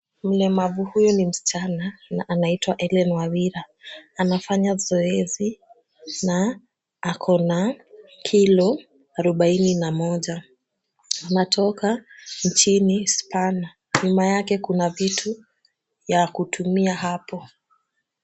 Mlemavu huyu ni msichana na anaitwa Hellen Wawira. Anafanya zoezi na ako na kilo arubaini na moja. Anatoka nchini Spana. Nyuma yake kuna vitu ya kutumia hapo.